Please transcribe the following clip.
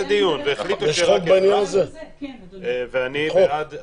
דיון והחליטו --- יש חוק בעניין הזה?